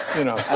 you know. that's